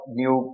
new